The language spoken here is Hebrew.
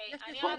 לא הן,